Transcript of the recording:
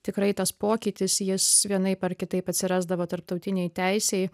tikrai tas pokytis jis vienaip ar kitaip atsirasdavo tarptautinėj teisėj